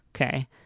okay